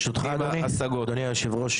אדוני היושב-ראש,